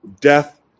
death